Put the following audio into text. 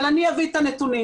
אבל אני אביא את הנתונים.